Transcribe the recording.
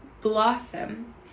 blossom